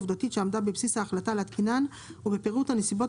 העובדתית שעמדה בבסיס ההחלטה להתקינן ובפירוט הנסיבות